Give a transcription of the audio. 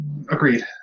Agreed